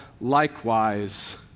likewise